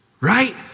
right